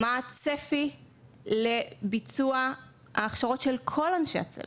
מה הצפי לביצוע ההכשרות של כל אנשי הצוות?